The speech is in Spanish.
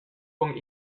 con